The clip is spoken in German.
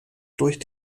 durch